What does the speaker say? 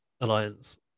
alliance